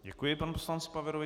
Děkuji panu poslanci Paverovi.